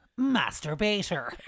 Masturbator